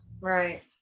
Right